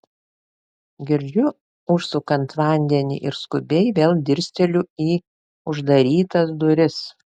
girdžiu užsukant vandenį ir skubiai vėl dirsteliu į uždarytas duris